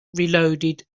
reloaded